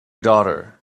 daughter